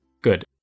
Good